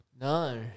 No